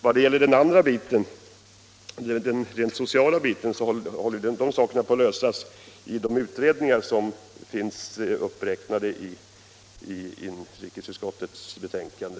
Beträffande den rent sociala biten håller dessa frågor på att lösas i de utredningar som finns uppräknade i inrikesutskottets betänkande.